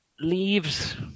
leaves